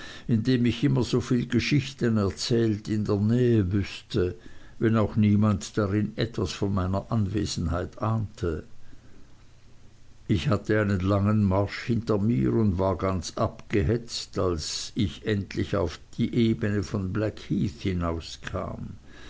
dem ich immer soviel geschichten erzählt in der nähe wüßte wenn auch niemand drin etwas von meiner anwesenheit ahnte ich hatte einen langen marsch hinter mir und war ganz abgehetzt als ich endlich auf die ebene von blackheath hinauskam